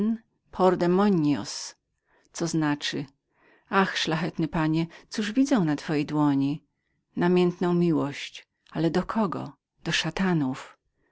por demonios co znaczy ach szlachetny panie widzę namiętną miłość na twojej dłoni ale dla kogo dla szatanów